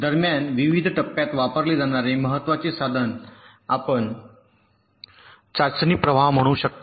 दरम्यान विविध टप्प्यात वापरले जाणारे महत्वाचे साधन आपण चाचणी प्रवाह म्हणू शकता